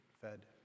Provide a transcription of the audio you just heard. fed